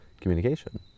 communication